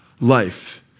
life